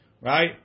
Right